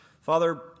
Father